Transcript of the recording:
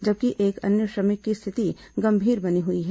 जबकि एक अन्य श्रमिक की स्थिति गंभीर बनी हुई है